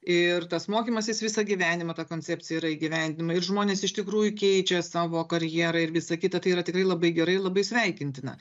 ir tas mokymasis visą gyvenimą ta koncepcija yra įgyvendinama ir žmonės iš tikrųjų keičia savo karjerą ir visa kita tai yra tikrai labai gerai ir labai sveikintina